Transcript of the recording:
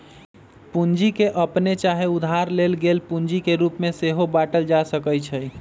पूंजी के अप्पने चाहे उधार लेल गेल पूंजी के रूप में सेहो बाटल जा सकइ छइ